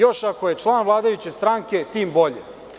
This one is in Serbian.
Još ako je član vladajuće stranke, tim bolje.